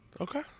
Okay